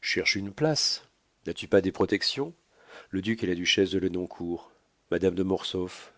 cherche une place n'as-tu pas des protections le duc et la duchesse de lenoncourt madame de mortsauf